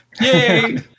Yay